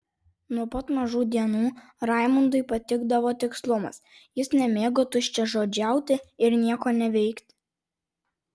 nuo pat mažų dienų raimundui patikdavo tikslumas jis nemėgo tuščiažodžiauti ir nieko neveikti